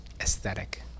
aesthetic